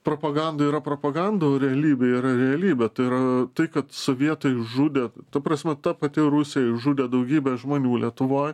propaganda yra propaganda o realybė yra realybė tai yra tai kad sovietai žudė ta prasme ta pati rusija išžudė daugybę žmonių lietuvoj